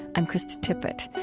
i'm krista tippett.